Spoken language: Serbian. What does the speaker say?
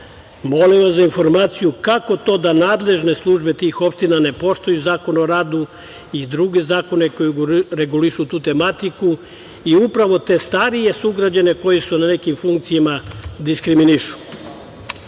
Veća. Molim vas za informaciju – kako to da nadležne službe tih opština ne poštuju Zakon o radu i druge zakone koji regulišu tu tematike i upravo te starije sugrađane koji su na nekim funkcijama diskriminišu? Slične